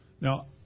Now